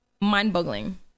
Mind-boggling